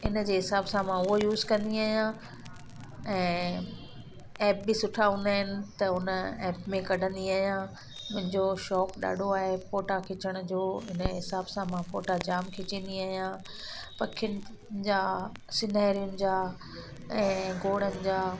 इन जे हिसाब सां मां उहो यूस कंदी आहियां ऐं ऐप बि सुठा हूंदा आहिनि त उन ऐप में कढंदी आहियां मुंहिंजो शौक़ु ॾाढो आहे फ़ोटा खिचण जो इन जे हिसाब सां मां फ़ोटा जाम खिचंदी आहियां पखियुनि जा सिनैरियुनि जा ऐं घोड़नि जा